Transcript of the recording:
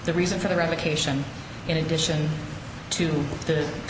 the reason for the revocation in addition to the